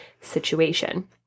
situation